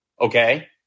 okay